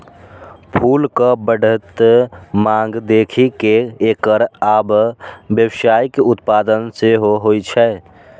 फूलक बढ़ैत मांग देखि कें एकर आब व्यावसायिक उत्पादन सेहो होइ छै